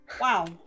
Wow